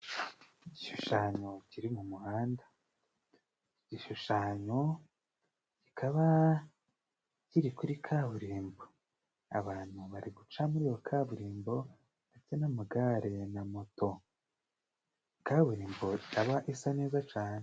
Igishushanyo kiri mu muhanda. Igishushanyo kikaba kiri kuri kaburimbo abantu bari guca muri iyo kaburimbo ndetse n'amagare na moto. Kaburimbo ikaba isa neza cane.